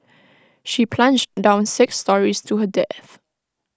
she plunged down six storeys to her death